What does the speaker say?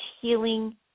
healing